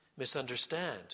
misunderstand